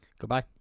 Goodbye